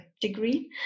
degree